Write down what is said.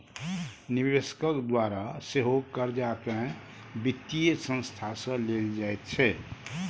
निवेशकक द्वारा सेहो कर्जाकेँ वित्तीय संस्था सँ लेल जाइत छै